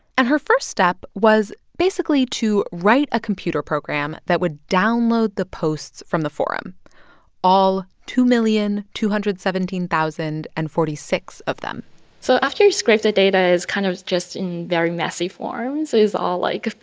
and her first step was basically to write a computer program that would download the posts from the forum all two million two hundred and seventeen thousand and forty six of them so after you scrape the data, it's kind of just in very messy form, so it's all, like,